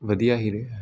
ਵਧੀਆ ਹੀ ਰਿਹਾ ਹੈ